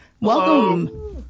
Welcome